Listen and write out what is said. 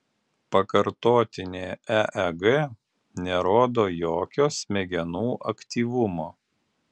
pakartotinė eeg nerodo jokio smegenų aktyvumo